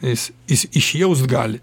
jis is išjaust gali